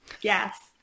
yes